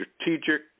strategic